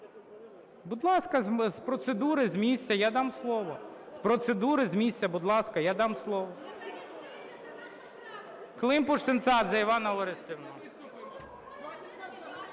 Будь ласка, з процедури з місця я дам слово. З процедури з місця, будь ласка, я дам слово. Климпуш-Цинцадзе Іванна Орестівна.